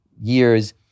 years